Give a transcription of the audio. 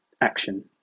action